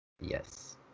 yes